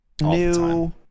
new